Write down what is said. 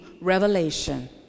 revelation